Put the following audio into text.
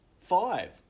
five